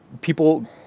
People